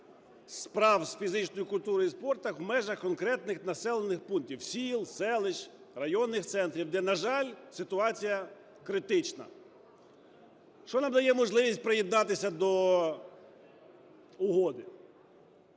справ з фізичної культури і спорту в межах конкретних населених пунктів: сіл, селищ, районних центрів – де, на жаль, ситуація критична. Що нам дає можливість приєднатися до угоди?